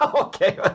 Okay